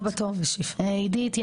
עידית,